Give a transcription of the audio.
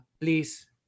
please